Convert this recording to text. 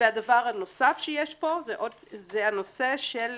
והדבר הנוסף שיש פה הנושא של